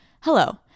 Hello